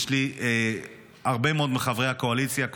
יש לי הרבה מאוד מחברי הקואליציה,